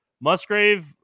Musgrave